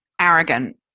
arrogant